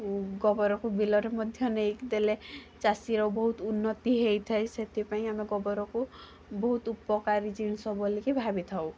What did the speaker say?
ଗୋବର କୁ ବିଲରେ ମଧ୍ୟ ନେଇକି ଦେଲେ ଚାଷୀ ର ବହୁତ ଉନ୍ନତି ହେଇଥାଏ ସେଥିପାଇଁ ଆମେ ଗୋବର କୁ ବହୁତ ଉପକାରୀ ଜିନିଷ ବୋଲିକି ଭାବିଥାଉ